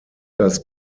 das